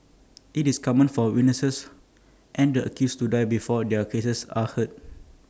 IT is common for witnesses and the accused to die before their cases are heard